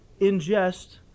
ingest